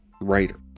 writer